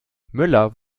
möller